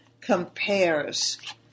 compares